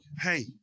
hey